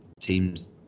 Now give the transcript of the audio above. teams